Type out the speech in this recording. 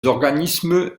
organismes